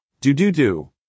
Do-do-do